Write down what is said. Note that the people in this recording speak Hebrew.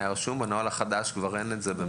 החדש אין את זה.